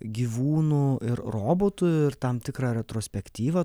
gyvūnu ir robotu ir tam tikrą retrospektyvą